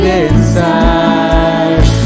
inside